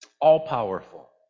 All-powerful